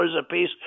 apiece